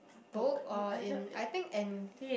book or in I think an~